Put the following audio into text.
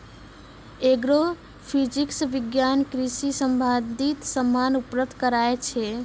agrophysics विज्ञान कृषि संबंधित समान उपलब्ध कराय छै